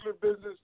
business